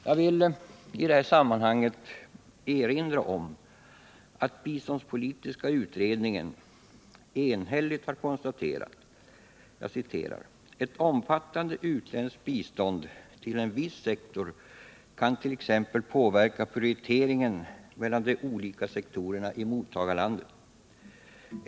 Jag vill i det här sammanhanget erinra om att biståndspolitiska utredningen enhälligt har konstaterat följande: ”Ett omfattande utländskt bistånd tillen viss sektor kant.ex. påverka prioriteringen mellan de olika sektorerna i mottagarlandet.